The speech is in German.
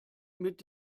mit